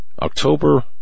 October